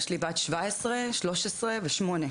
יש לי בת 17, 13 ו-8.